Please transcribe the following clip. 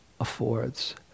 affords